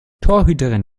torhüterin